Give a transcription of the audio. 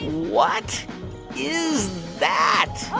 what is that?